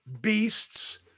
beasts